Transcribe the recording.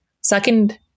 second